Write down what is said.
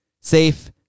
safe